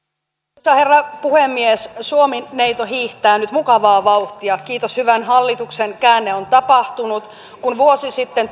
arvoisa herra puhemies suomineito hiihtää nyt mukavaa vauhtia kiitos hyvän hallituksen käänne on tapahtunut kun vuosi sitten